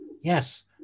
Yes